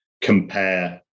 compare